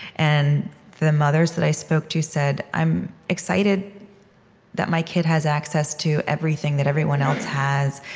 and the mothers that i spoke to said, i'm excited that my kid has access to everything that everyone else has,